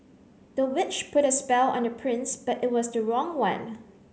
the witch put a spell on the prince but it was the wrong one